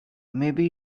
maybe